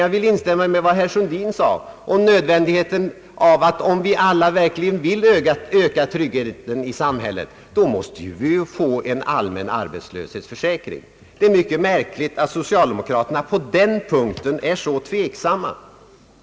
Jag vill instämma i det som herr Sundin framhöll, om nödvändigheten av att om vi alla verkligen vill öka tryggheten i samhället, måste vi få en allmän arbetslöshetsförsäkring. Det är mycket märkligt att socialdemokraterna på den punkten är så tveksamma.